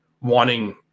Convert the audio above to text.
wanting